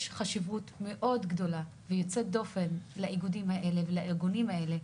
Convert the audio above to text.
יש חשיבות מאוד גדולה ויוצאת דופן לאיגודים האלה ולארגונים האלה.